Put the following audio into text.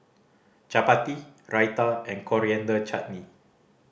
Chapati Raita and Coriander Chutney